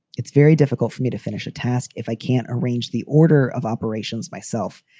it's very difficult for me to finish a task if i can't arrange the order of operations myself,